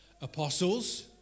apostles